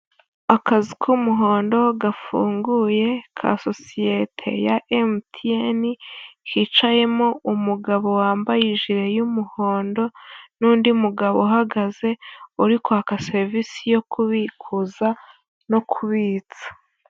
Akazu k'umuhondo gafunguye ka sosiyete ya MTN, hicayemo umugabo wambaye ijire y'umuhondo n'undi mugabo uhagaze uri kwaka serivisi yo kubikuza no kubitsa.